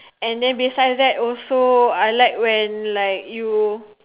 and then besides that also I like when like you